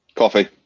Coffee